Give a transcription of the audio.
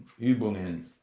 Übungen